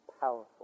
powerful